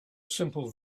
simple